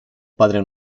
padre